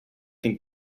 can